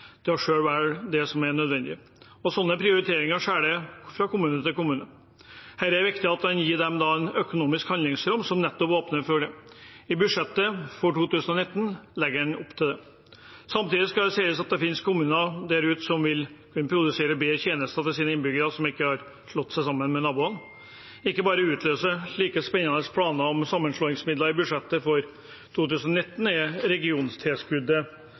til selv å velge det som er nødvendig. Sånne prioriteringer er forskjellige fra kommune til kommune. Det er viktig å gi dem et økonomisk handlingsrom som åpner for nettopp det. I budsjettet for 2019 legger en opp til det. Samtidig skal det sies at det finnes kommuner der ute som vil produsere bedre tjenester til sine innbyggere, som ikke har slått seg sammen med naboene. Ikke bare utløses spennende planer om sammenslåingsmidler i budsjettet for 2019, regionstilskuddet på 200 mill. kr er